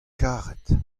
karet